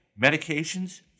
medications